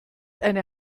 eine